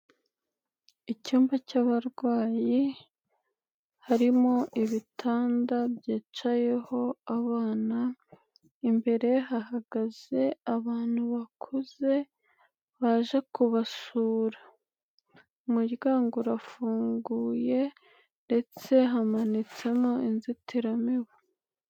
Icyumba cyabarwayi harimo ibitanda byicayeho abana, imbere hahagaze abantu bakuze baje kubasura, umuryango urafunguye ndetse hamanitsemo inzitiramibu.